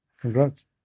Congrats